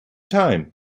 time